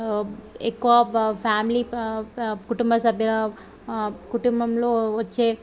ఎక్కువ బా ఫ్యామిలీ కుటుంబసభ్యులు కుటుంబంలో వచ్చే